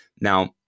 Now